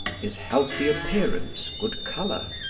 his healthy appearance, good colour,